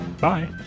Bye